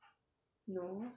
no